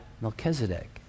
Melchizedek